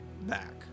back